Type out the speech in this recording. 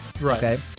Right